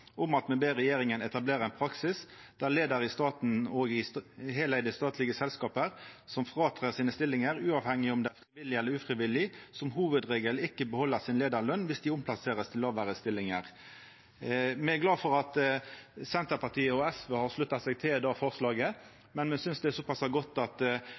i heleide statlige selskaper som fratrer sine stillinger, uavhengig av om det er frivillig og ufrivillig, som hovedregel ikke beholder sin lederlønn hvis de omplasseres til lavere stillinger.» Me er glade for at Senterpartiet og SV har slutta seg til det forslaget. Men me synest at det er såpass godt at